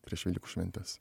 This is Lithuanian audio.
prieš velykų šventes